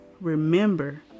Remember